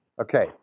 Okay